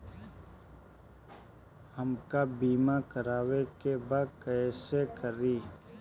हमका बीमा करावे के बा कईसे करी?